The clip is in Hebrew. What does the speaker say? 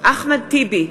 אחמד טיבי,